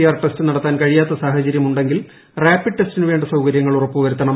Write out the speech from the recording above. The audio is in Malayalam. ആർ ടെസ്റ്റ് നടത്തുവാൻ കഴിയാത്ത സാഹചര്യമുണ്ടെങ്കിൽ റാപിഡ് ടെസ്റ്റിനു വേണ്ട സൌകര്യങ്ങൾ ഉറപ്പു വരുത്തണം